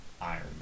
Iron